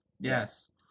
yes